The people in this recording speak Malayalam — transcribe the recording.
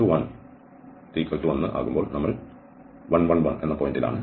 t1 ഒന്നാകുമ്പോൾ നമ്മൾ 1 1 1 പോയിന്റിലാണ്